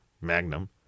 magnum